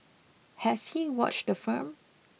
has he watched the film